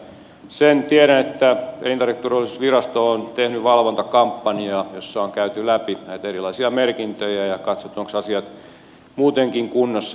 sen tiedän että elintarviketurvallisuusvirasto on tehnyt valvontakampanjaa jossa on käyty läpi näitä erilaisia merkintöjä ja katsottu ovatko asiat muutenkin kunnossa